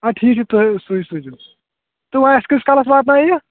آ ٹھیٖک چھِ تُہۍ سُے سوٗزِو تہٕ وۄنۍ اَسہِ کۭتِس کالَس واتنٲیِو یہِ